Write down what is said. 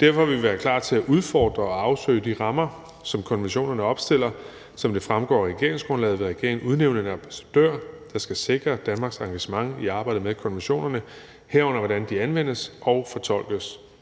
Derfor vil vi være klar til at udfordre og afsøge de rammer, som konventionerne opstiller. Som det fremgår af regeringsgrundlaget, vil regeringen udnævne en ambassadør, der skal sikre Danmarks engagement i arbejdet med konventionerne, herunder hvordan de anvendes og fortolkes.